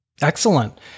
Excellent